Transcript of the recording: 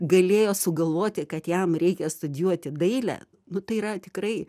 galėjo sugalvoti kad jam reikia studijuoti dailę nu tai yra tikrai